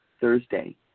Thursday